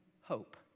hope